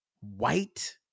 white